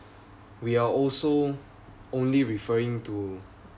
we are also only referring to